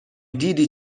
دیدی